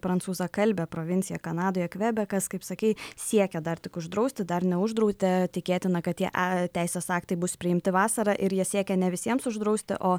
prancūzakalbė provincija kanadoje kvebekas kaip sakei siekia dar tik uždrausti dar neuždraudė tikėtina kad tie teisės aktai bus priimti vasarą ir jie siekia ne visiems uždrausti o